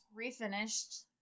refinished